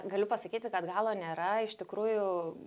galiu pasakyti kad galo nėra iš tikrųjų